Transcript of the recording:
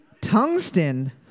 tungsten